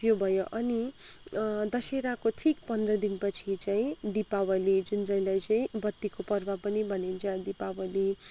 त्यो भयो अनि दसेराको ठिक पन्ध्र दिन पछि चाहिँ दिपावली जुन चाहिँलाई चाहिँ बत्तीको पर्व पनि भनिन्छ दिपावली